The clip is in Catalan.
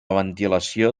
ventilació